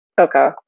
Okay